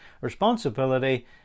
responsibility